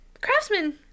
Craftsman